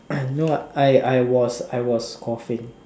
know what I I was I was coughing